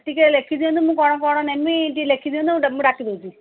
ଟିକେ ଲେଖି ଦିଅନ୍ତୁ ମୁଁ କ'ଣ କ'ଣ ନେବି ଲେଖି ଦିଅନ୍ତୁ ମୁଁ ଡାକି ଦେଉଛି